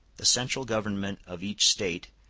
the central government of each state,